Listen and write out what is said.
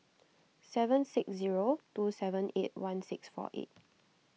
seven six zero two seven eight one six four eight